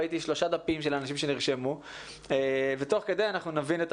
ראיתי שלושה דפים של אנשים שנרשמו ותוך כדי אנחנו נבין את